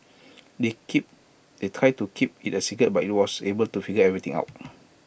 they keep they tried to keep IT A secret but he was able to figure everything out